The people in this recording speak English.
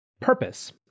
Purpose